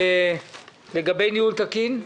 מה לגבי ניהול תקין?